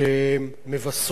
אולי יש אנשים שהופתעו,